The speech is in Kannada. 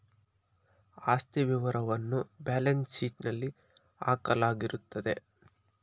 ಆಸ್ತಿ ವಿವರವನ್ನ ಬ್ಯಾಲೆನ್ಸ್ ಶೀಟ್ನಲ್ಲಿ ಹಾಕಲಾಗಿರುತ್ತದೆ